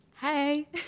Hey